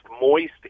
moist